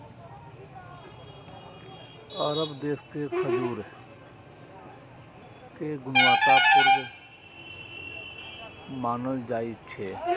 अरब देश के खजूर कें गुणवत्ता पूर्ण मानल जाइ छै